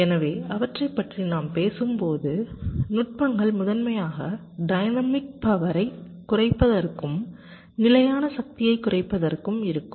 எனவே அவற்றைப் பற்றி நாம் பேசும் நுட்பங்கள் முதன்மையாக டைனமிக் பவர்ஐ குறைப்பதற்கும் நிலையான சக்தியைக் குறைப்பதற்கும் இருக்கும்